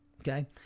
okay